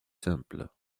simple